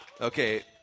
Okay